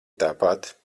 tāpat